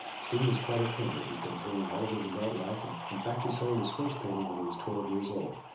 steve is quite a painter, he's been painting all of his adult life and in fact he sold his first painting when he was twelve years old.